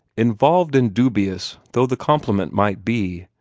involved and dubious though the compliment might be,